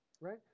Right